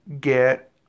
get